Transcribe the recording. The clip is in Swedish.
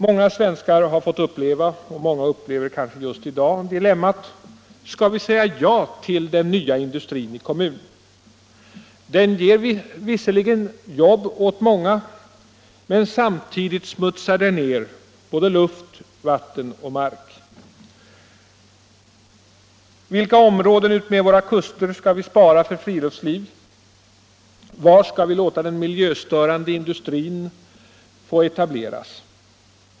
Många svenskar har fått uppleva, och många upplever just i dag dilemmat: Skall vi säga ja eller nej till den nya industrin i kommunen? Den ger visserligen jobb åt många, men samtidigt smutsar den ned luft, vatten och mark. Vilka områden utmed kuster skall vi spara för friluftsliv? Var skall den miljöstörande industrin få etableras?